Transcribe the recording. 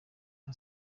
nka